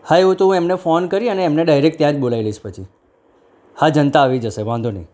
હા એવું હોય તો હું એમને ફોન કરીને ડાઇરેક્ટ ત્યાં જ બોલાવી લઈશ પછી હા જનતા આવી જશે વાંધો નહીં